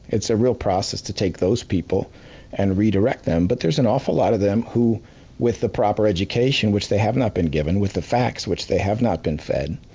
it's a real process to take those people and redirect them. but, there's an awful lot of them who with the proper education, which they have not been given, with the facts, which they have not been fed,